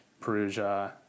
Perugia